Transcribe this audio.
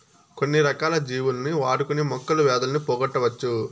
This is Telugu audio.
కొన్ని రకాల జీవులను వాడుకొని మొక్కలు వ్యాధులను పోగొట్టవచ్చు